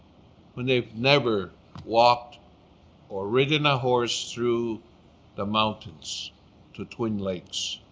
when they've never walked or ridden a horse through the mountains to twin lakes.